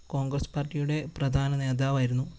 കോൺഗ്രസ്സ് പാർട്ടിയുടെ പ്രധാന നേതാവായിരുന്നു